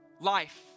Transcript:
life